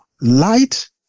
light